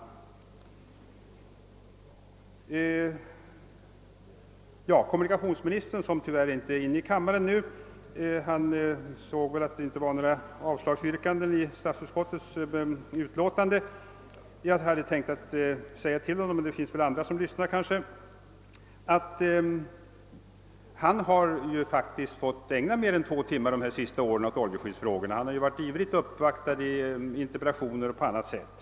Tyvärr är kommunikationsministern inte närvarande i kammaren nu. Han har kanske sett att det inte finns några avslagsyrkanden i statsutskottets utlåtande. Jag hade annars tänkt att rikta några ord till honom. Kommunikationsministern har säkerligen under de senaste åren fått ägna mer än två timmar åt oljeskyddsfrågorna. Han har ju uppvaktats flitigt med interpellationer och på annat sätt.